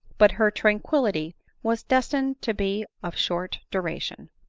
but her tranquillity was destined to be of short duration.